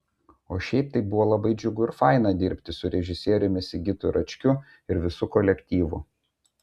o šiaip tai buvo labai džiugu ir faina dirbti su režisieriumi sigitu račkiu ir visu kolektyvu